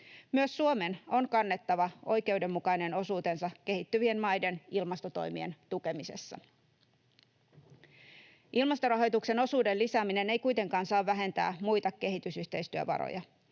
Myös Suomen on kannettava oikeudenmukainen osuutensa kehittyvien maiden ilmastotoimien tukemisessa. Ilmastorahoituksen osuuden lisääminen ei kuitenkaan saa vähentää muita kehitysyhteistyövaroja.